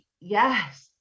Yes